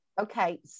Okay